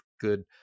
good